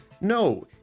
No